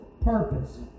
purpose